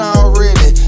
already